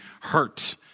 hurt